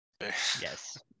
Yes